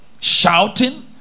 shouting